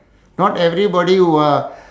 not everybody will